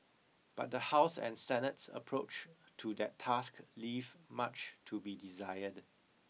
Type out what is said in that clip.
but the House and Senate's approach to that task leave much to be desired